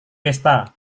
pesta